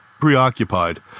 preoccupied